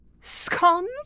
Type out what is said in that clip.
Scones